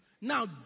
Now